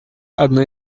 одна